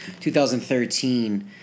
2013